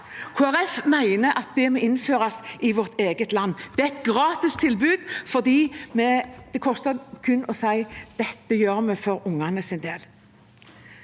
mener at dette må innføres i vårt eget land. Det er et gratis tilbud, for det koster kun at vi sier at vi gjør det for ungenes del.